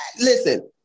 listen